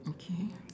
okay